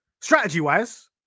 Strategy-wise